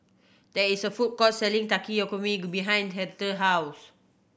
there is a food court selling Takikomi Gohan behind Hertha's house